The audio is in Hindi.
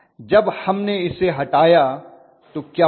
जब हमने इसे हटाया तो क्या होगा